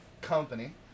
company